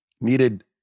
needed